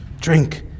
drink